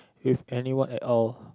with anyone at all